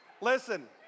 Listen